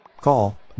Call